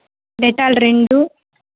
Dettol రెండు